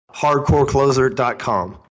Hardcorecloser.com